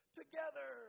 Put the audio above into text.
together